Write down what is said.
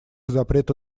запрету